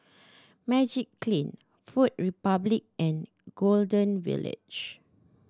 Magiclean Food Republic and Golden Village